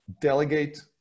Delegate